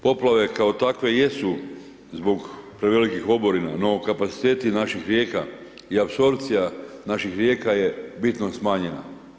Poplave kao takve jesu zbog prevelikih oborina, no, kapaciteti naših rijeka i apsorpcija naših rijeka je bitno smanjena.